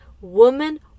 Woman